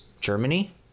Germany